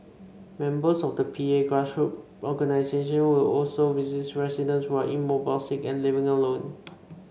members of the P A grassroots organisations will also visit residents who are immobile sick and living alone